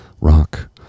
rock